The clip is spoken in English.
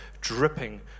dripping